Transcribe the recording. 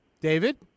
David